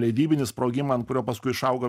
leidybinį sprogimą ant kurio paskui išaugo